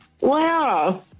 Wow